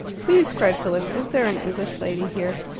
please, cried philip, is there an english lady here?